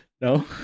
no